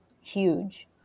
huge